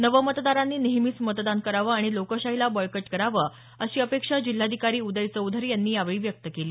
नवमतदारांनी नेहमीच मतदान करावं आणि लोकशाहीला बळकट करावं अशी अपेक्षा जिल्हाधिकारी उदय चौधरी यांनी यावेळी व्यक्त केली